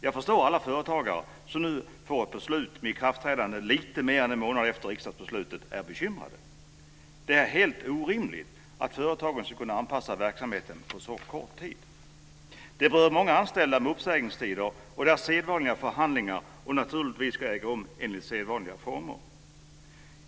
Jag förstår att alla företagare som nu får ett beslut med ikraftträdande lite mer än en månad efter riksdagsbeslutet är bekymrade. Det är helt orimligt att företagen ska kunna anpassa verksamheten på så kort tid. Det berör många anställda med uppsägningstider, och sedvanliga förhandlingar ska naturligtvis äga rum enligt sedvanliga former.